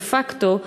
דה-פקטו,